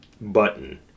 Button